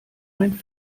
ein